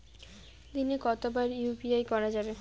দিনে কতবার ইউ.পি.আই করা যাবে?